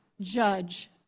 judge